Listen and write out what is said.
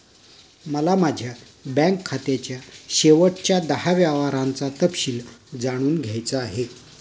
मला माझ्या बँक खात्याच्या शेवटच्या दहा व्यवहारांचा तपशील जाणून घ्यायचा आहे